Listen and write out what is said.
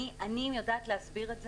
אני יודעת להסביר את זה.